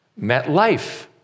MetLife